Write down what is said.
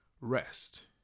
rest